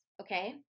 Okay